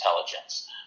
intelligence